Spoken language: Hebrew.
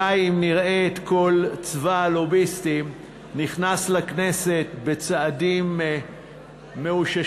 די אם נראה את כל צבא הלוביסטים נכנס לכנסת בצעדים מאוששים